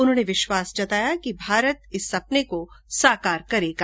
उन्होने विश्वास जताया कि भारत इस सपने को साकार करेगा